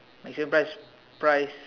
maximum price